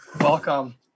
Welcome